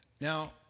Now